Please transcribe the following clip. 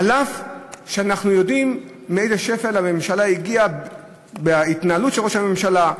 אף שאנחנו יודעים מאיזה שפל הממשלה הגיעה בהתנהלות של ראש הממשלה,